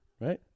right